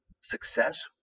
success